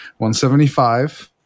175